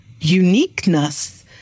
uniqueness